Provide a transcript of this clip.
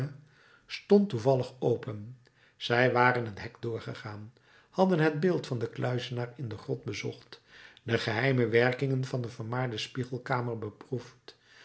stond toevallig open zij waren het hek doorgegaan hadden het beeld van den kluizenaar in de grot bezocht de geheime werkingen van de vermaarde spiegelkamer beproefd